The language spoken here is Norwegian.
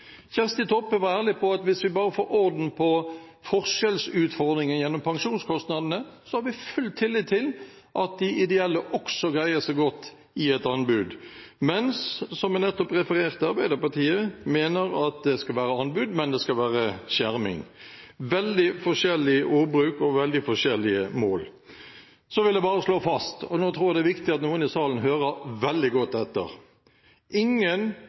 Kjersti Toppe var ærlig om at hvis en bare får orden på forskjellsutfordringene med pensjonskostnadene, har en full tillit til at også de ideelle greier seg godt i et anbud, mens Arbeiderpartiet – som jeg nettopp refererte – mener at det skal være anbud, men skjerming. Det er veldig forskjellig ordbruk og veldig forskjellige mål. Så vil jeg bare slå fast – og nå tror jeg det er viktig at noen i salen hører veldig godt etter: Ingen